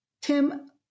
Tim